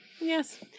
Yes